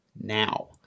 now